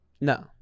No